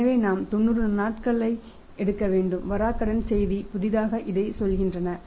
எனவே நாம் 90 நாட்களை எடுக்க வேண்டும் வராக்கடன் செய்திகள் புதிதாக இதைச் சொல்கின்றன